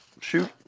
Shoot